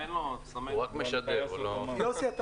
יוסי,